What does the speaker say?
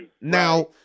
Now